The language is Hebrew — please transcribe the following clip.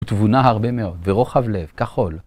תבונה הרבה מאוד, ורוחב לב כחול.